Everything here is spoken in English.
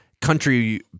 country